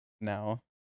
now